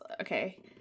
okay